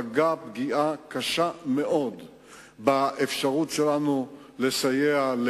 פגע פגיעה קשה מאוד באפשרות שלנו לסייע.